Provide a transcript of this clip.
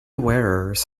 wearers